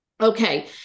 Okay